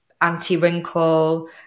anti-wrinkle